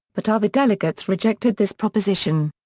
but other delegates rejected this proposition.